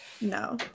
No